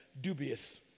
dubious